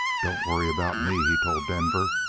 don't worry about me, he told denver,